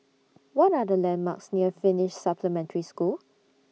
What Are The landmarks near Finnish Supplementary School